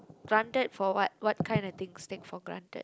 granted for what what kind of things takes for granted